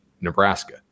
Nebraska